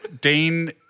Dean –